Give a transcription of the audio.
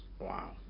Wow